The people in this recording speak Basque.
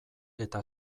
eta